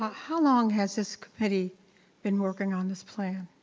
how long has this committee been working on this plan?